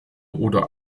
oder